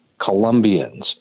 Colombians